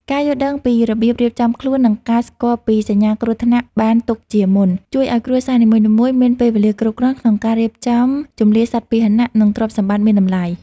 ការយល់ដឹងពីរបៀបរៀបចំខ្លួន និងការស្គាល់ពីសញ្ញាគ្រោះថ្នាក់បានទុកជាមុន ជួយឱ្យគ្រួសារនីមួយៗមានពេលវេលាគ្រប់គ្រាន់ក្នុងការរៀបចំជម្លៀសសត្វពាហនៈ និងទ្រព្យសម្បត្តិមានតម្លៃ។